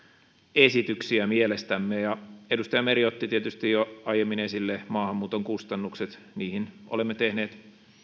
esityksiä mielestämme edustaja meri otti tietysti jo aiemmin esille maahanmuuton kustannukset niihin olemme tehneet